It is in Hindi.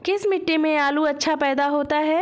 किस मिट्टी में आलू अच्छा पैदा होता है?